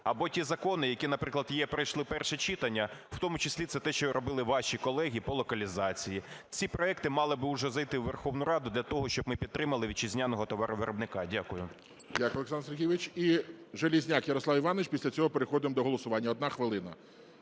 або ті закони, які, наприклад, пройшли перше читання, в тому числі це те, що робили ваші колеги по локалізації, ці проекти мали би уже зайти в Верховну Раду для того, щоб ми підтримали вітчизняного товаровиробника. Дякую. ГОЛОВУЮЧИЙ. Дякую, Олександр Сергійович. І Железняк Ярослав Іванович, після цього переходимо до голосування. Одна хвилина.